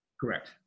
Correct